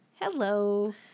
Hello